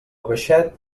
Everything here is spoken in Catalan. baixet